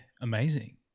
amazing